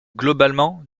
globalement